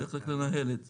צריך רק לנהל את זה.